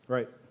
Right